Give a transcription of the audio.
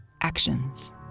Actions